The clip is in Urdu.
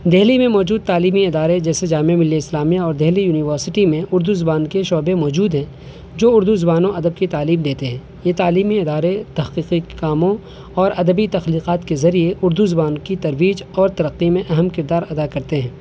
دہلی میں موجود تعلیمی ادارے جیسے جامعہ ملیہ اسلامیہ اور دہلی یونیورسٹی میں اردو زبان کے شعبے موجود ہیں جو اردو زبان و ادب کی تعلیم دیتے ہیں یہ تعلیمی ادارے تخصیصی کاموں اور ادبی تخلیقات کے ذریعے اردو زبان کی ترویج اور ترقی میں اہم کردار ادا کرتے ہیں